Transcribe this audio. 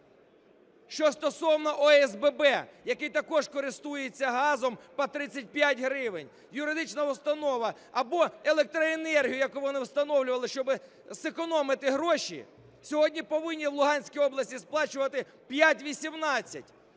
Що стосовно ОСББ, який також користується газом по 35 гривень, юридична установа. Або електроенергія, яку вони встановлювали, щоб зекономити гроші, сьогодні повинні в Луганській області сплачувати 5,18 гривень